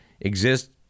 exist